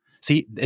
See